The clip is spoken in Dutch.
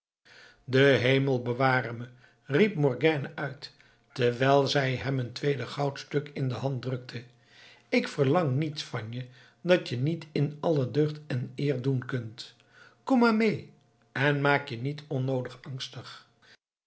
de hemel bewaar me riep morgiane uit terwijl zij hem een tweede goudstuk in de hand drukte ik verlang niets van je dat je niet in alle deugd en eer doen kunt kom maar mee en maak je niet onnoodig angstig